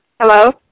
Hello